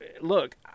look